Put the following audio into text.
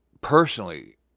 personally